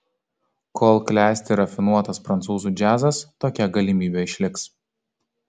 kol klesti rafinuotas prancūzų džiazas tokia galimybė išliks